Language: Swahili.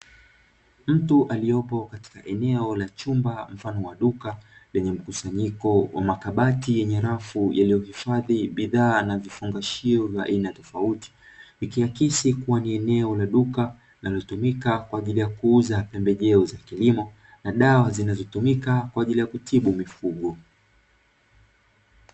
Mtu aliyekuepo kwenye eneo mfano wa duka, lenye mkusanyiko wa makabati yenye rafu lililohifadhi bidhaa na vifungashio vya aina tofauti, ikiakisi ni eneo la duka linalotumika kwa ajili ya kuuza pembejeo za kilimo, na dawa zinazotumika kwa ajili ya kutibu mifugo.